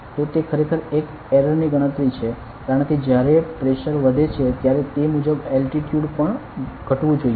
તો તે ખરેખર એક એરર ની ગણતરી છે કારણ કે જ્યારે પ્રેશર વધે છે ત્યારે તે મુજબ એલટીટ્યુડ પણ ઘટવુ જોઈએ